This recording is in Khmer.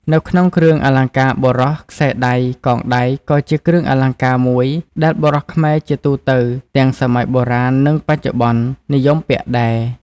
នៅក្នុងគ្រឿងអលង្ការបុរស ខ្សែដៃ /កងដៃក៏ជាគ្រឿងអលង្ការមួយដែលបុរសខ្មែរជាទូទៅ ទាំងសម័យបុរាណ និងបច្ចុប្បន្ន និយមពាក់ដែរ។